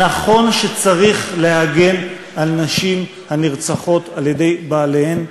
נכון שצריך להגן על נשים הנרצחות על-ידי בעליהן.